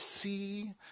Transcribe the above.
see